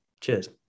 Cheers